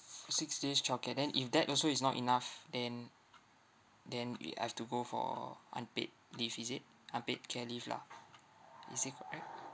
six days childcare then if that also is not enough then then we I've to go for unpaid leave is it unpaid care leave lah is it correct